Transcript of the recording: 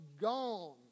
gone